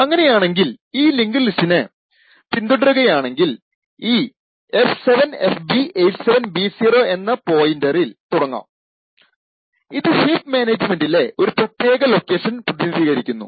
അങ്ങനെയാണെങ്കിൽ ഈ ലിങ്ക്ഡ് ലിസ്റ്റിനെ പിന്തുടരുകയാണെങ്കിൽ ഈ F7fb87b0 എന്ന പോയിന്ററിൽ തുടങ്ങാം ഇത് ഹീപ്പ് മാനേജ്മെന്റിലെ ഒരു പ്രത്യേക ലൊക്കേഷൻ പ്രതിനിധീകരിക്കുന്നു